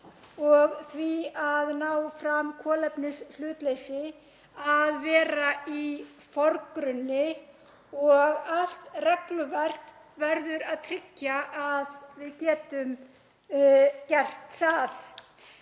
og því að ná fram kolefnishlutleysi að vera í forgrunni og allt regluverk verður að tryggja að við getum gert það.